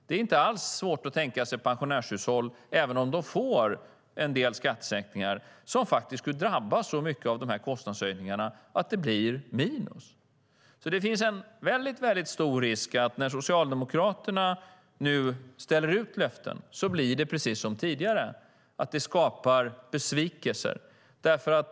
Det är inte alls svårt att tänka sig pensionärshushåll, även om de får en del skattesänkningar, som faktiskt skulle drabbas så mycket av dessa kostnadshöjningar att det blir minus. Det finns alltså en mycket stor risk att när Socialdemokraterna nu ställer ut löften blir det precis som tidigare, nämligen att det skapar besvikelser.